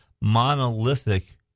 monolithic